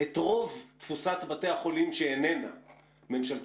את רוב תפוסת בתי החולים שאיננה ממשלתיים,